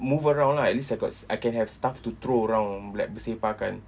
move around lah at least I got I can have stuff to throw around like bersepahkan